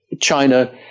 China